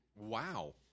Wow